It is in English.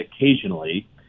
occasionally